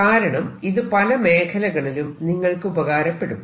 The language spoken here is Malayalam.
കാരണം ഇത് പല മേഖലകളിലും നിങ്ങൾക്ക് ഉപകാരപ്പെടും